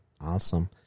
awesome